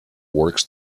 works